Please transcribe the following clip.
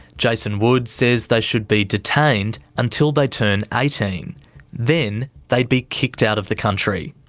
jason wood says they should be detained until they turn eighteen. then they'd be kicked out of the country.